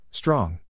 Strong